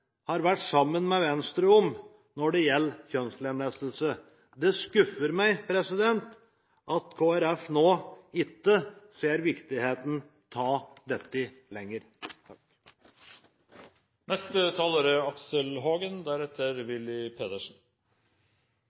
har vært sammen med Venstre om, som gjelder kjønnslemlestelse. Det skuffer meg at Kristelig Folkeparti ikke ser viktigheten av dette lenger. Først litt humoristisk: Jeg tror Morten Ørsal Johansen og jeg er